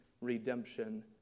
redemption